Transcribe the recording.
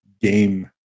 game